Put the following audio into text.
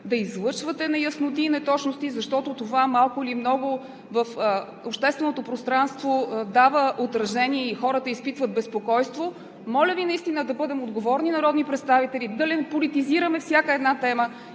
да излъчвате неясноти и неточности, защото това малко или много дава отражение в общественото пространство и хората изпитват безпокойство. Моля Ви да бъдем отговорни народни представители, да не политизираме всяка една тема